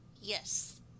Yes